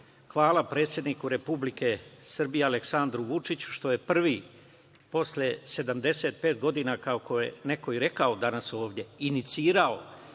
hvala predsedniku Republike Srbije, Aleksandru Vučiću, što je prvi posle 75 godina, kako je neko i rekao danas ovde, inicirao